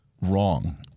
wrong